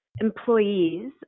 employees